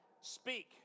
speak